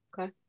Okay